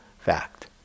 fact